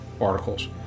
articles